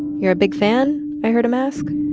you're a big fan? i heard him ask.